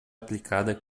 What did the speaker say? aplicada